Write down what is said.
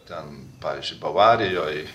ten pavyzdžiui bavarijoj